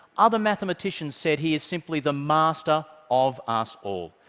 other mathematicians said he is simply the master of us all.